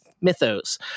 mythos